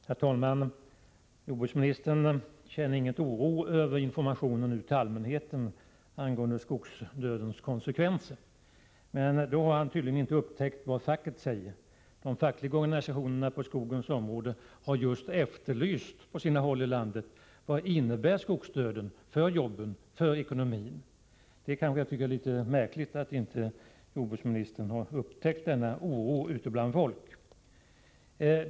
Herr talman! Jordbruksministern kände ingen oro över informationen ut till allmänheten angående skogsdödens konsekvenser. Han har tydligen inte uppmärksammat vad facket säger. De fackliga organisationerna på skogens område har på sina håll i landet just efterlyst information om vad skogsdöden innebär för jobben och för ekonomin. Det är litet märkligt att inte jordbruksministern har upptäckt denna oro ute bland folk.